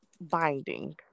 binding